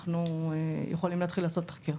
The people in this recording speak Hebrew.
אנחנו יכולים להתחיל לעשות תחקיר.